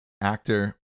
actor